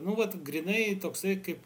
nu vat grynai toksai kaip